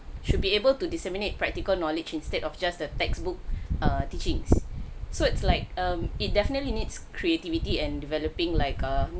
should be able to disseminate practical knowledge instead of just a textbook err teachings so it's like um it definitely needs creativity and developing like a